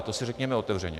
To si řekněme otevřeně.